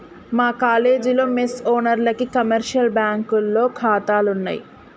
మా కాలేజీలో మెస్ ఓనర్లకి కమర్షియల్ బ్యాంకులో ఖాతాలున్నయ్